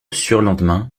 surlendemain